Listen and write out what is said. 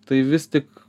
tai vis tik